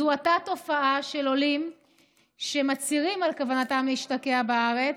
זוהתה תופעה של עולים שמצהירים על כוונתם להשתקע בארץ,